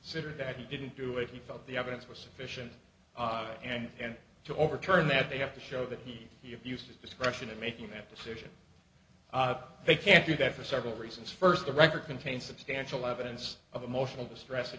siddur that he didn't do it he felt the evidence was sufficient and to overturn that they have to show that he he abused his discretion in making that decision but they can't do that for several reasons first the record contains substantial evidence of emotional distress